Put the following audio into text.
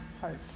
hope